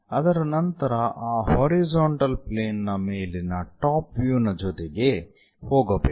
ಅದರ ನಂತರ ಆ ಹಾರಿಜಾಂಟಲ್ ಪ್ಲೇನ್ ನ ಮೇಲಿನ ಟಾಪ್ ವ್ಯೂ ನ ಜೊತೆಗೆ ಹೋಗಬೇಕು